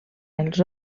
els